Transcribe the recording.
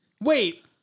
Wait